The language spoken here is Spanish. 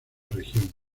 región